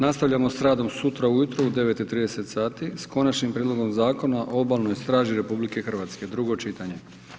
Nastavljamo s radom sutra ujutro u 9,30 sati s Konačnim prijedlogom Zakona o Obalnoj straži RH, drugo čitanje.